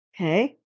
okay